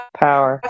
Power